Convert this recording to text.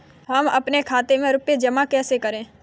हम अपने खाते में रुपए जमा कैसे करें?